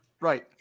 Right